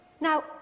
Now